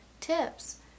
tips